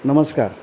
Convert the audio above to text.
नमस्कार